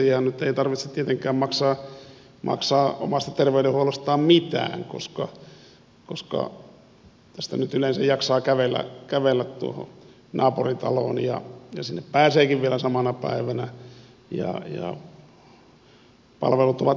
edustajienhan nyt ei tarvitse tietenkään maksaa omasta terveydenhuollostaan mitään koska tästä nyt yleensä jaksaa kävellä tuohon naapuritaloon ja sinne pääseekin vielä samana päivänä ja palvelut ovat ilmaisia työterveyshuollon kautta